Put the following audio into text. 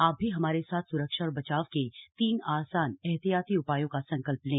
आप भी हमारे साथ स्रक्षा और बचाव के तीन आसान एहतियाती उपायों का संकल्प लें